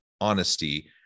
honesty